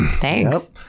Thanks